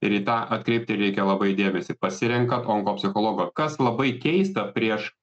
ir į tą atkreipti reikia labai dėmesį pasirenkat onkopsichologo kas labai keista prieš